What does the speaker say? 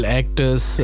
actors